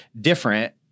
different